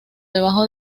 debajo